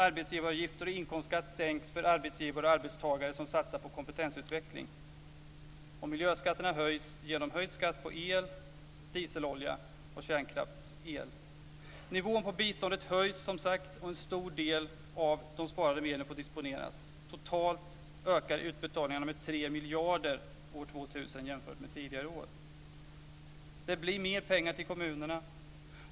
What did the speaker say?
Arbetsgivaravgifter och inkomstskatt sänks för arbetsgivare och arbetstagare som satsar på kompetensutveckling. Nivån på biståndet höjs, som sagt, och en stor del av de sparade medlen får disponeras. Totalt ökar utbetalningarna med 3 miljarder kronor år 2000 jämfört med tidigare år. Det blir mer pengar till kommunerna.